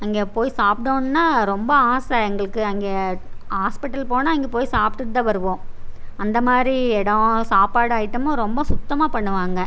அங்கே போய் சாப்பிடவுன்ன ரொம்ப ஆசை எங்களுக்கு அங்கே ஹாஸ்பிட்டல் போனால் அங்கே போய் சாப்பிடுட்டு தான் வருவோம் அந்த மாதிரி இடம் சாப்பாடு ஐட்டமும் ரொம்ப சுத்தமாக பண்ணுவாங்க